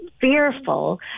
fearful